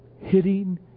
hitting